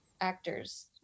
actors